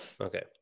Okay